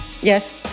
Yes